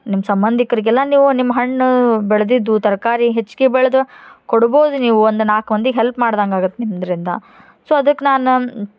ನಿಮ್ಮ ಸಂಬಂಧಿಕ್ರಿಗೆಲ್ಲ ನೀವು ನಿಮ್ಮ ಹಣ್ಣು ಬೆಳೆದಿದ್ದು ತರಕಾರಿ ಹೆಚ್ಗೆ ಬೆಳೆದು ಕೊಡ್ಬೋದು ನೀವು ಒಂದು ನಾಲ್ಕು ಮಂದಿಗೆ ಹೆಲ್ಪ್ ಮಾಡ್ದಂಗಾಗತ್ತೆ ನಿಮ್ಮಿಂದ ಸೊ ಅದಕ್ಕೆ ನಾನು